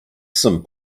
some